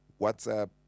WhatsApp